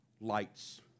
lights